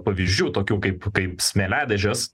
pavyzdžių tokių kaip kaip smėliadėžės